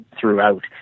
throughout